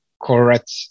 Correct